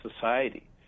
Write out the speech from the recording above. society